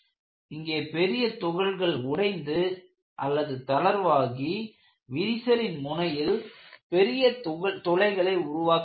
இங்கே பெரிய துகள்கள் உடைந்து அல்லது தளர்வாகி விரிசலின் முனையில் பெரிய துளைகளை உருவாக்குகிறது